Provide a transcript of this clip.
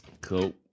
Cool